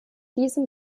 diesem